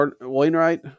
Wainwright